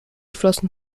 flossen